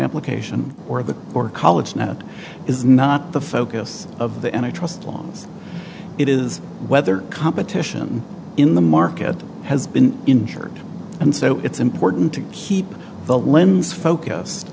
application or the or college now that is not the focus of the end i trust laws it is whether competition in the market has been injured and so it's important to keep the lens focused